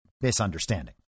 misunderstanding